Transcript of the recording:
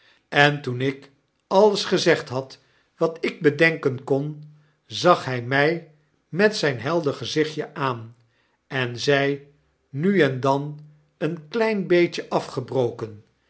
en toen ik alles gezegd had wat ik bedenken kon zag hij my met zyn helder gezichtje aan en zei nu en dan een klein beetje afgebroken